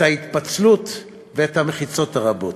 את ההתפצלות ואת המחיצות הרבות".